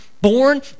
born